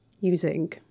using